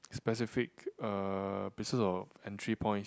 specific uh places of entry points